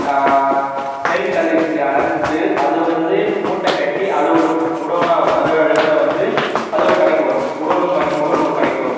நெல்கதிர் நெ அறுத்து அது வந்து மூட்டை கட்டி அது ஒரு குடோன்னால் அதோடய இடத்துல வந்து அது ஒரு கடைக்கு வரும் குடோன்னுக்குமானி குடோன்னு ஒரு கடைக்கு வரும்